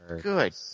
Good